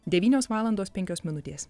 devynios valandos penkios minutės